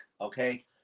okay